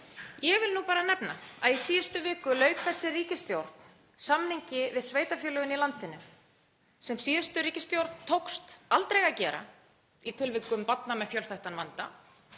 Ég vil bara nefna að í síðustu viku lauk þessi ríkisstjórn samningi við sveitarfélögin í landinu, sem síðustu ríkisstjórn tókst aldrei að gera, í tilvikum barna með fjölþættan vanda.